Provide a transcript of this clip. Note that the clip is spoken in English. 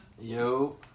Yo